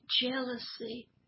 jealousy